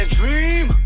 dream